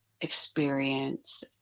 experience